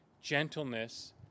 gentleness